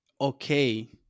okay